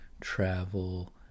travel